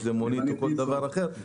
אם זה מונית או כל דבר אחר,